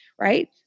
right